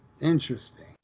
Interesting